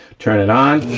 turn it on.